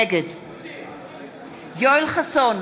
נגד יואל חסון,